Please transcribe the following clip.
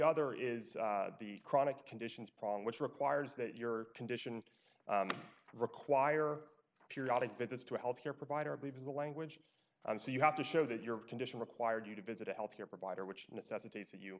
other is the chronic conditions problem which requires that your condition require periodic visits to a health care provider believes the language on so you have to show that your condition required you to visit a health care provider which necessitates that you